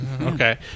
Okay